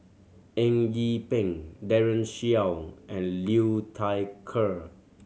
Eng Yee Peng Daren Shiau and Liu Thai Ker